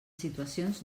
situacions